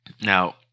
Now